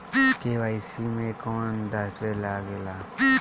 KYC मे कौन दश्तावेज लागेला?